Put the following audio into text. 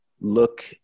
look